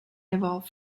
evolved